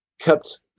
kept